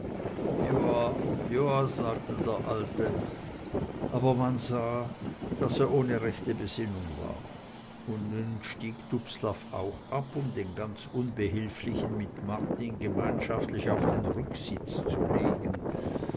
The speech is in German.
joa joa sagte der alte aber man sah daß er ohne rechte besinnung war und nun stieg dubslav auch ab um den ganz unbehilflichen mit martin gemeinschaftlich auf den rücksitz zu legen